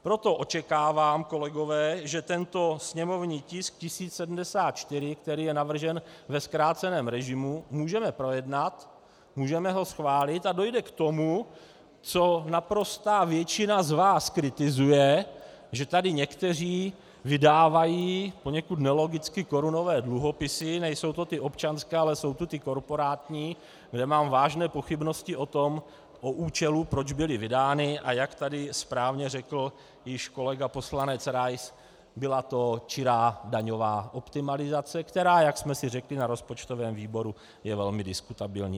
Proto očekávám, kolegové, že tento sněmovní tisk 1074, který je navržen ve zkráceném režimu, můžeme projednat, můžeme ho schválit, a dojde k tomu, co naprostá většina z vás kritizuje, že tady někteří vydávají poněkud nelogicky korunové dluhopisy, nejsou to ty občanské, ale jsou to ty korporátní, kde mám vážné pochybnosti o účelu, proč byly vydány, a jak tady správně řekl již kolega poslanec Rais, byla to čirá daňová optimalizace, která, jak jsme si řekli na rozpočtovém výboru, je velmi diskutabilní.